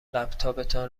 لپتاپتان